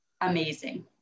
amazing